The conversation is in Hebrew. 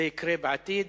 זה יקרה בעתיד.